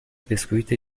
بسکویت